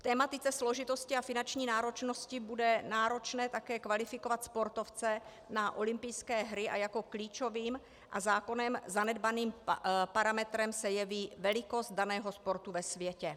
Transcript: V tematice složitosti a finanční náročnosti bude náročné také kvalifikovat sportovce na olympijské hry a jako klíčovým a zákonem zanedbaným parametrem se jeví velikost daného sportu ve světě.